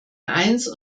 eins